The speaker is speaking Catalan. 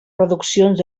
reduccions